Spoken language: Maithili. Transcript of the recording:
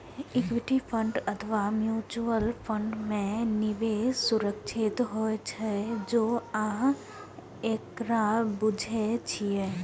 इक्विटी फंड अथवा म्यूचुअल फंड मे निवेश सुरक्षित होइ छै, जौं अहां एकरा बूझे छियै तब